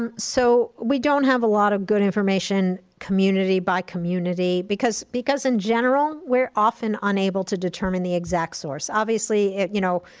so we don't have a lot of good information community by community, because because in general, we're often unable to determine the exact source. obviously, you know,